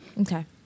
Okay